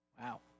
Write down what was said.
Wow